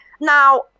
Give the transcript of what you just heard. now